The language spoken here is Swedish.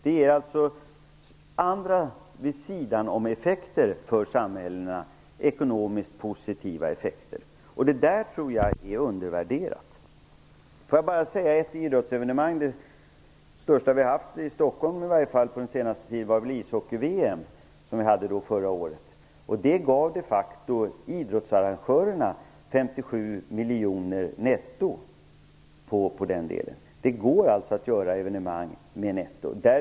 De ger andra ekonomiskt positiva sidoeffekter för samhällena. Det tror jag är undervärderat. Det största idrottsevenemang vi har haft i Stockholm den senaste tiden är väl ishockey-VM, som vi hade förra året. Det gav de facto idrottsarrangörerna 57 miljoner netto. Det går alltså att göra evenemang med nettovinster.